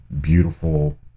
beautiful